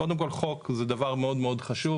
קודם כל חוק זה דבר מאוד מאוד חשוב